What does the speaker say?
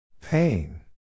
Pain